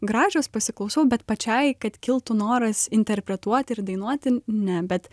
gražios pasiklausau bet pačiai kad kiltų noras interpretuoti ir dainuoti ne bet